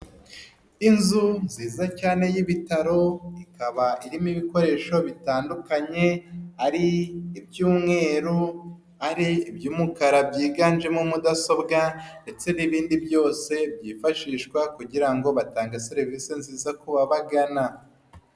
Inzu nziza cyane y'ibitaro ikaba irimo ibikoresho bitandukanye ari iby'umweru ari iby'umukara byiganjemo mudasobwa ndetse n'ibindi byose byifashishwa kugira ngo batange serivisi nziza ku babagana.